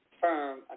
firm